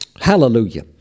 Hallelujah